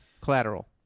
Collateral